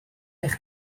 eich